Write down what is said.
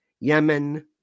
Yemen